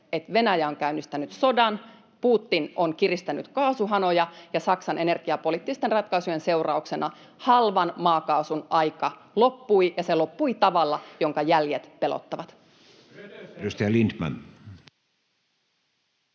että Venäjä on käynnistänyt sodan, Putin on kiristänyt kaasuhanoja ja Saksan energiapoliittisten ratkaisujen seurauksena halvan maakaasun aika loppui ja loppui tavalla, jonka jäljet pelottavat. [Speech 46]